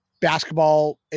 basketball